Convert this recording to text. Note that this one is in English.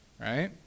Right